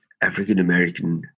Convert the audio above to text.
African-American